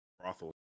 brothel